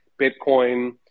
Bitcoin